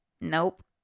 Nope